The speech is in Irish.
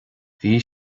bhí